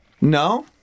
No